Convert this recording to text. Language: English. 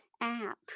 app